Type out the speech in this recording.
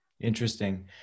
Interesting